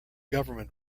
government